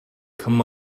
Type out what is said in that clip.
come